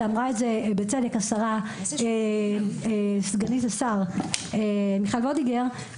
ואמרה זאת בצדק סגנית השר מיכל וולדיגר,